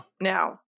Now